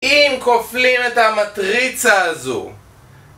אם כופלים את המטריצה הזו